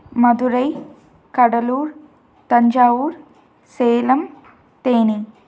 Madurai Cuddalore Thanjavur Salem Theni